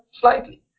slightly